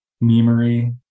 memory